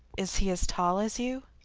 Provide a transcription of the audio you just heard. is he as tall as you?